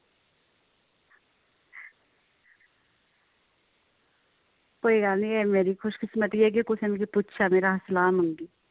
ते कोई गल्ल एह् मेरी कोई खुशनसीबी होई की तुसें मिगी पुच्छेआ मेरे शा सलाह् मंग्गी